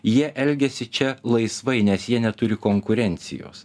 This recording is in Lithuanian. jie elgiasi čia laisvai nes jie neturi konkurencijos